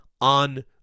on